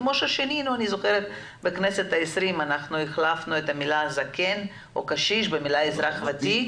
כמו ששינינו בכנסת ה-20 את המילה "זקן" או "קשיש" במילה "אזרח ותיק".